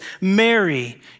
Mary